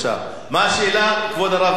מה השאלה, כבוד הרב נסים זאב?